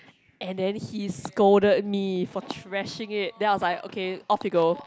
and then he scolded me for thrashing it then I was like okay off you go